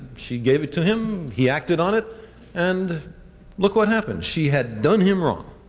she gave it to him, he acted on it and look what happened. she had done him wrong.